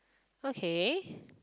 okay